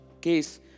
case